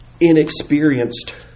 inexperienced